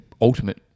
ultimate